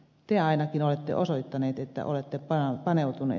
te ainakin olette osoittaneet että olette paneutuneet asiaan